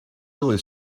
really